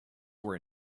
were